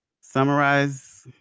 summarize